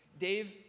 Dave